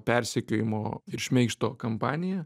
persekiojimo ir šmeižto kampanija